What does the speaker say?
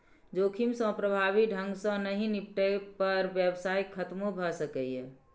जोखिम सं प्रभावी ढंग सं नहि निपटै पर व्यवसाय खतमो भए सकैए